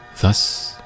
Thus